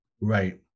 Right